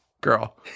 Girl